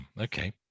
okay